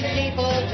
people